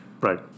right